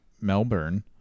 Melbourne